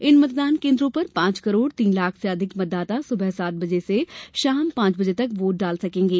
इन मतदान केंद्रों पर पांच करोड़ तीन लाख से अधिक मतदाता सुबह सात बजे से शाम पांच बजे तक वोट डाल सकेंगे